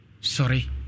sorry